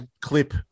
clip